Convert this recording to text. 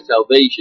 salvation